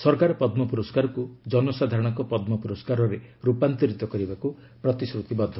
ସରକାର ପଦ୍ମ ପୁରସ୍କାରକୁ ଜନସାଧାରଣଙ୍କ ପଦ୍ମ ପୁରସ୍କାରରେ ରୂପାନ୍ତରିତ କରିବାକୁ ପ୍ରତିଶ୍ରୁତିବଦ୍ଧ